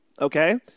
Okay